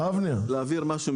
אבל להבהיר משהו,